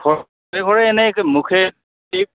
ঘৰে ঘৰে এনেই মুখে